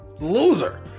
loser